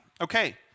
Okay